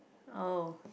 oh